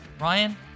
Ryan